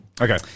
Okay